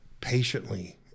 patiently